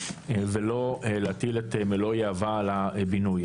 ולא להטיל את מלוא יהבה על הבינוי.